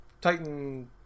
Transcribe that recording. Titan